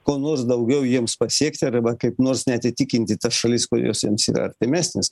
ko nors daugiau jiems pasiekti arba kaip nors net įtikinti tas šalis kurios jiems yra artimesnės